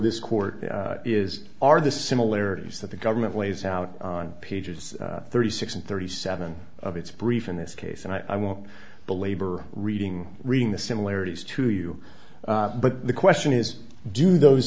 this court is are the similarities that the government lays out on pages thirty six and thirty seven of its brief in this case and i won't belabor reading reading the similarities to you but the question is do those